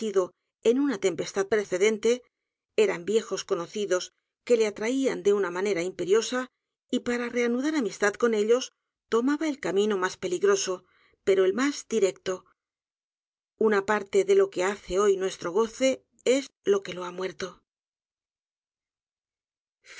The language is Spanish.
en una tempestad precedente eran viejos conocidos que le atraían de una manera imperiosa y para reanudar amistad con ellos tomaba el camino más pebu vida y sus obras ligroso pero el más directo una p a r t e de lo que hace hoy nuestro goce es lo que lo ha